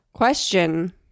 question